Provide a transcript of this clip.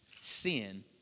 sin